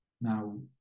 Now